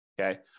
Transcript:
Okay